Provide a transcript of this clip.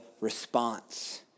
response